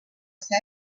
ser